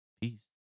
peace